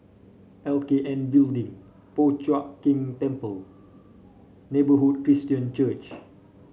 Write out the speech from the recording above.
L K N Building Po Chiak Keng Temple Neighbourhood Christian Church